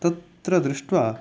तत्र दृष्ट्वा